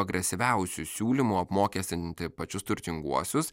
agresyviausiu siūlymu apmokestinti pačius turtinguosius